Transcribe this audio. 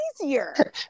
easier